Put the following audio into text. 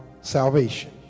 salvation